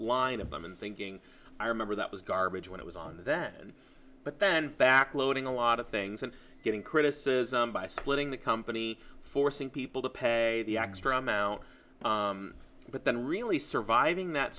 line of them and thinking i remember that was garbage when it was on then but then back loading a lot of things and getting criticism by splitting the company forcing people to pay the extra amount but then really surviving that